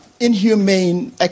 inhumane